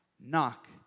Knock